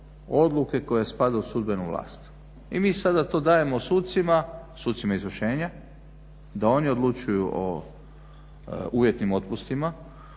odluke koja spada u sudbenu vlast. I mi sada to dajemo sucima, sucima izvršenja da oni odlučuju o uvjetnim otpustima,